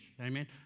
Amen